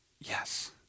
Yes